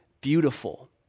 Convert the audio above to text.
beautiful